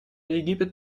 египет